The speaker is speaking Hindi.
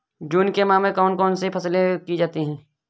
जून के माह में कौन कौन सी फसलें की जाती हैं?